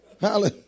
Hallelujah